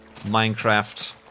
Minecraft